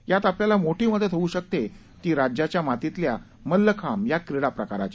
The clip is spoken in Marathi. यात आपल्याला मोठी मदत होऊ शकते ती राज्याच्या मातीतल्या मल्लखांब या क्रिडा प्रकाराची